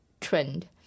trend